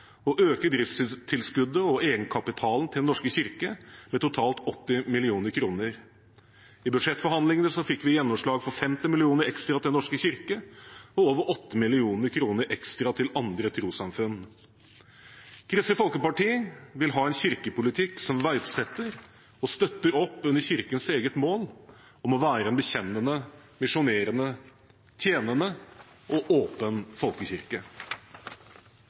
å øke driftstilskuddet og egenkapitalen til Den norske kirke med totalt 80 mill. kr. I budsjettforhandlingene fikk vi gjennomslag for 50 mill. kr ekstra til Den norske kirke og over 8 mill. kr ekstra til andre trossamfunn. Kristelig Folkeparti vil ha en kirkepolitikk som verdsetter og støtter opp under Kirkens eget mål om å være en bekjennende, misjonerende, tjenende og åpen folkekirke.